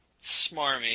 smarmy